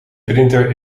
printer